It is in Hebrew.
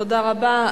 תודה רבה.